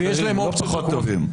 לא פחות טובים.